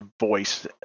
voice